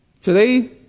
Today